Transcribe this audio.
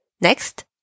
Next